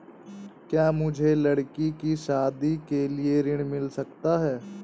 क्या मुझे लडकी की शादी के लिए ऋण मिल सकता है?